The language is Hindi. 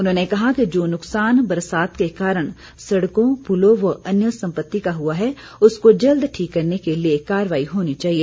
उन्होंने कहा कि जो नुक्सान बरसात के कारण सड़कों पुलों व अन्य संपति का हुआ है उसको जल्द ठीक करने के लिए कार्रवाई होनी चाहिए